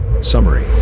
Summary